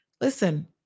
Listen